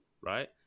right